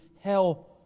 hell